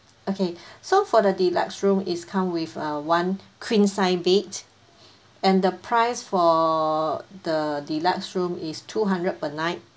okay so for the deluxe room it comes with uh one queen size bed and the price for the deluxe room is two hundred per night